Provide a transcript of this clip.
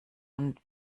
und